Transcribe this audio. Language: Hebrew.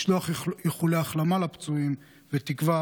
לשלוח איחולי החלמה לפצועים ותקווה